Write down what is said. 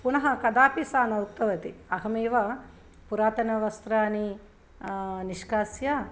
पुनः कदापि सा न उक्तवति अहमेव पुरातनवस्त्राणि निष्कास्य